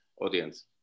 audience